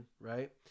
Right